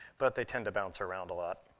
but they tend to bounce around a lot.